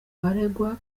baregwa